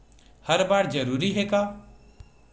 हर बार जरूरी हे का?